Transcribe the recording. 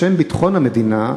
בשם ביטחון המדינה,